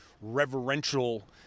reverential